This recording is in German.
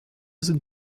sind